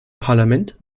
parlament